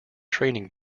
training